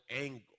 angle